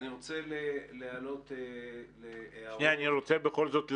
שנייה, אני רוצה בכל זאת לחדד.